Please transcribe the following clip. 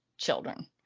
children